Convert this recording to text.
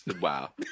Wow